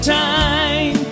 time